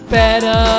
better